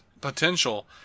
potential